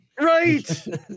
Right